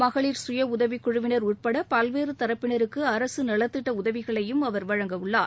மகளிர் சுய உதவிக்குழுவினர் உட்பட பல்வேறு தரப்பினருக்கு அரசு நலத்திட்ட உதவிகளையும் அவர் வழங்கவுள்ளார்